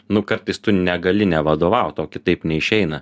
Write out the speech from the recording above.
nu kartais tu negali nevadovaut tau kitaip neišeina